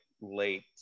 late